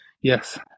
Yes